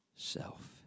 Self